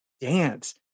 dance